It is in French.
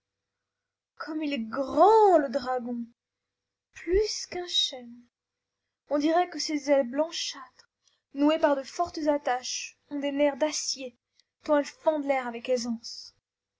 comme il est grand le dragon plus qu'un chêne on dirait que ses ailes blanchâtres nouées par de fortes attaches ont des nerfs d'acier tant elles fendent l'air avec aisance